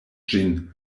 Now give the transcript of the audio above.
ĝin